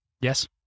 Yes